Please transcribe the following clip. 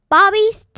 Bobby's